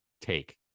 take